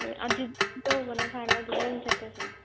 ꯎꯝ ꯑꯗꯨꯗ ꯇꯧꯕꯅ ꯐꯔꯅꯤ ꯑꯗꯨꯗ ꯑꯣꯏꯅ ꯆꯠꯂꯁꯦ